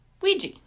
Ouija